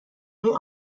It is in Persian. های